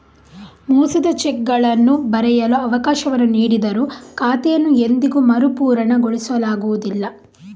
ಮೋಸದ ಚೆಕ್ಗಳನ್ನು ಬರೆಯಲು ಅವಕಾಶವನ್ನು ನೀಡಿದರೂ ಖಾತೆಯನ್ನು ಎಂದಿಗೂ ಮರುಪೂರಣಗೊಳಿಸಲಾಗುವುದಿಲ್ಲ